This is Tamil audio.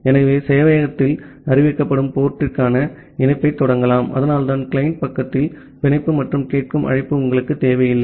ஆகவே கிளையன்ட் சேவையகத்தால் அறிவிக்கப்படும் போர்ட் ற்கான இணைப்பைத் தொடங்கலாம் அதனால்தான் கிளையன்ட் பக்கத்தில் பிணைப்பு மற்றும் கேட்கும் அழைப்பு உங்களுக்குத் தேவையில்லை